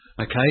Okay